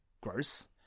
gross